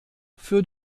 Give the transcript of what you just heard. für